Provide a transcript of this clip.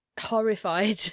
horrified